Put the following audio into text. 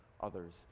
others